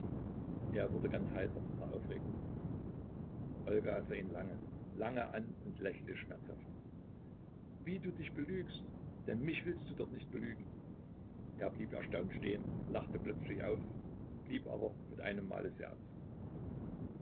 er wurde ganz heiser vor aufregung olga sah ihn lange lange an und lächelte schmerzhaft wie du dich belügst denn mich willst du doch nicht belügen er blieb erstaunt stehen lachte plötzlich auf blieb aber mit einem male sehr ernst